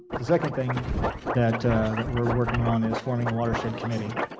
the second thing that that we're working on is forming a watershed committee,